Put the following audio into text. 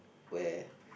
where